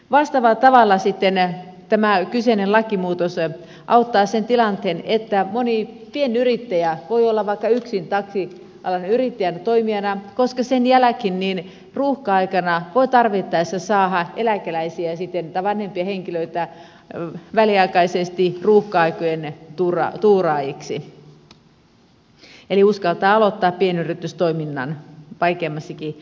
vastaavalla tavalla sitten tämä kyseinen lakimuutos auttaa siinä tilanteessa että moni pienyrittäjä voi olla vaikka yksin taksialan yrittäjänä toimijana koska sen jälkeen ruuhka aikana voi tarvittaessa saada sitten eläkeläisiä tai vanhempia henkilöitä väliaikaisesti ruuhka aikojen tuuraajiksi eli uskaltaa aloittaa pienyritystoiminnan vaikeammassakin tilanteessa